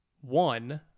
one